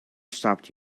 stopped